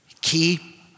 Key